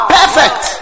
perfect